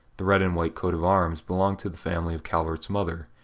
the red and white coat of arms belonged to the family of calvert's mother,